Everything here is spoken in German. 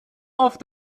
auf